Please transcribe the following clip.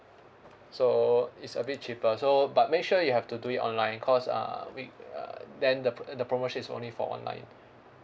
so it's a bit cheaper so but make sure you have to do it online because uh we uh then the pro~ the promotion is only for online